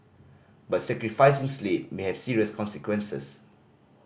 but sacrificing sleep may have serious consequences